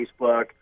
Facebook